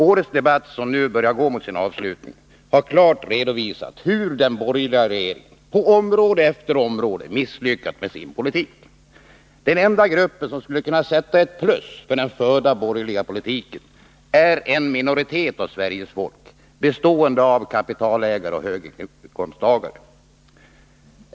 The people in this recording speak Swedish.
Årets debatt, som nu börjar gå mot sin avslutning, har klart redovisat hur den borgerliga regeringen på område efter område misslyckats med sin politik. Den enda grupp som skulle kunna sätta ett plus för den förda borgerliga politiken är en minoritet av Sveriges folk bestående av kapitalägare och höginkomsttagare.